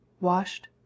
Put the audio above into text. washed